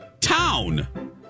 Town